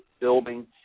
building